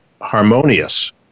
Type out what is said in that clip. harmonious